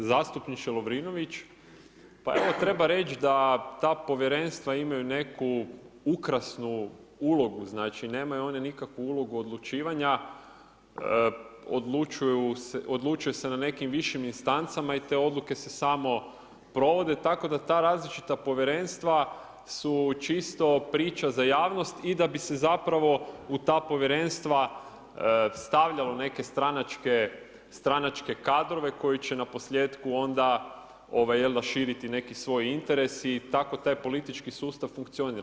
Poštovani zastupniče Lovrinović, pa evo treba reći da ta povjerenstva imaju neku ukrasnu ulogu znači nemaju one nikakvu ulogu odlučivanja, odlučuje se na nekim višim instancama i te odluke se samo provode, tako da ta različita povjerenstva su čisto priča za javnost i da bi se zapravo u ta povjerenstva stavljalo neke stranačke kadrove koji će na posljetku onda širiti neki svoj interes i tako taj politički sustav funkcionira.